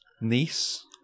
niece